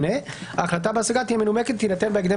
ההחלטה בהשגה תהיה מנומקת ותינתן בהקדם